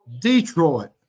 Detroit